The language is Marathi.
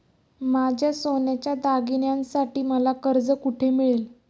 माझ्या सोन्याच्या दागिन्यांसाठी मला कर्ज कुठे मिळेल?